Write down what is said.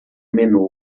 menu